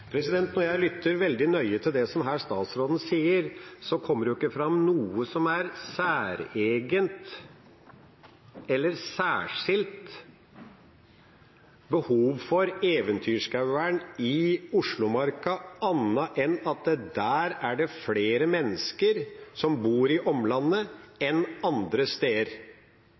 det som statsråden her sier, men det kommer jo ikke fram noe særskilt behov for eventyrskogvern i Oslomarka annet enn at det er flere mennesker som bor i omlandet, enn det er andre steder.